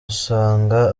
usanga